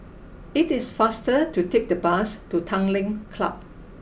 it is faster to take the bus to Tanglin Club